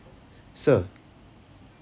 sir